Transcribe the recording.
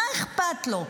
מה אכפת לו.